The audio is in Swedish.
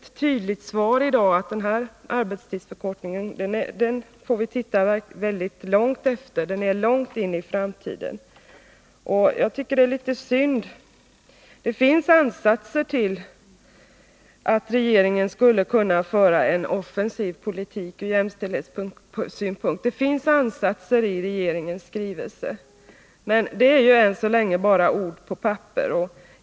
Vi har i dag fått ett tydligt svar att vi får titta väldigt långt in i framtiden efter arbetstidsförkortningen. Det tycker jag är litet synd. Det finns i regeringens skrivelse ansatser till en från jämställdhetssynpunkt offensiv politik. Men det är än så länge bara ord på ett papper.